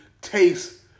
taste